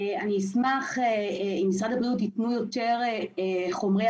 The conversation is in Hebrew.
אשמח אם משרד הבריאות יתנו יותר חומרי